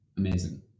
Amazing